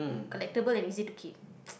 collectible and easy to keep